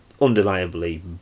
undeniably